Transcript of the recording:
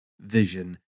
vision